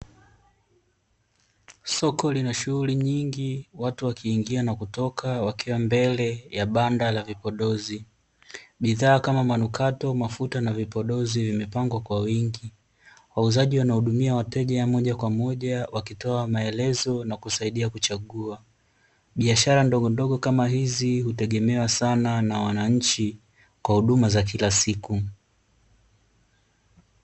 Soko lina shughuli nyingi watu wakiingia na kutoka wakiwa katika mbele ya banda la vipodozi. Bidhaa kama manukatpo, mafuta na vipodozi vimepangwa kwa wingi. Wauzaji wanahudumia wateja moja kwa moja wakitoa maelezo na kusaidia kuchagua. Biahara ndogodogo kama hizi hutegemewa sana na wananchi kwa huduma za kila siku.